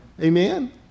Amen